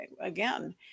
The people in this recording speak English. again